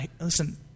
listen